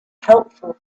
helpful